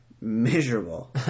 Miserable